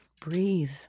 breathe